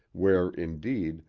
where, indeed,